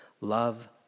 love